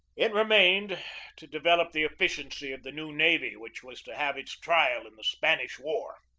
it remained to develop the efficiency of the new navy, which was to have its trial in the spanish war.